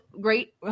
great